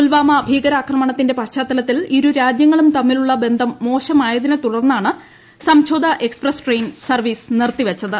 പുൽവാമ ഭീകരാക്രമണത്തിന്റെ പശ്ചാത്തലത്തിൽ ഇരു രാജ്യങ്ങളും തമ്മിലുള്ള ബന്ധം മോശമായതിനെ തുടർന്നാണ് സംജോത എക്സ്പ്രസ് ട്രെയിൻ സർവ്വീസ് നിർത്തിവച്ചത്